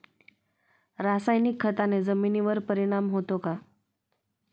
रासायनिक खताने जमिनीवर परिणाम होतो का?